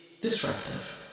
disruptive